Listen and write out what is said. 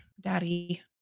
daddy